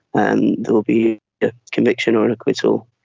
and there will be a conviction or acquittal.